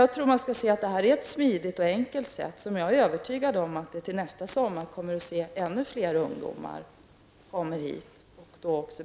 Jag tror att det här är ett smidigt och enkelt sätt för ungdomar från Baltikum att komma hit, och jag är övertygad om att ännu fler ungdomar kommer hit nästa sommar.